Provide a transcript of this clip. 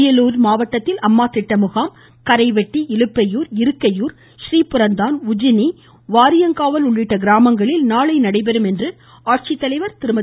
அரியலூர் மாவட்டத்தில் அம்மா திட்ட முகாம் கரைவெட்டி இலுப்பையூர் இருக்கையூர் றீபுரந்தான் உஞ்ஜினி வாரியங்காவல் உள்ளிட்ட கிராமங்களில் நாளை நடைபெற உள்ளதாக மாவட்ட ஆட்சித்தலைவர் திருமதி